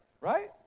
right